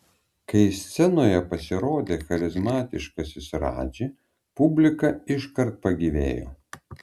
kai scenoje pasirodė charizmatiškasis radži publika iškart pagyvėjo